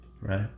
right